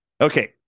Okay